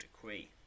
decree